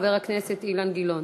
חבר הכנסת אילן גילאון.